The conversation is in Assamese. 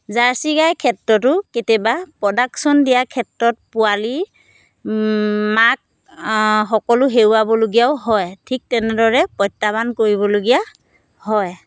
জাৰ্চি গাইৰ ক্ষেত্ৰতো কেতিয়াবা প্ৰডাকচন দিয়াৰ ক্ষেত্ৰত পোৱালি মাক সকলো হেৰুৱাবলগীয়াও হয় ঠিক তেনেদৰে প্ৰত্যাহ্বান কৰিবলগীয়া হয়